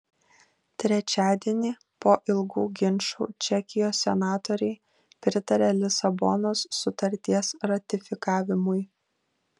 trečiadienį po ilgų ginčų čekijos senatoriai pritarė lisabonos sutarties ratifikavimui